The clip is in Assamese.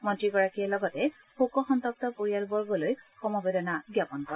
মন্ত্ৰীগৰাকীয়ে লগতে শোকসন্তপ্ত পৰিয়ালবৰ্গলৈ সমবেদনা জ্ঞাপন কৰে